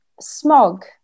smog